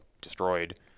destroyed